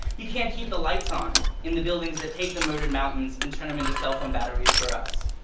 you can't keep the lights on in the buildings that take the murdered mountains and turn them into cellphone batteries for us.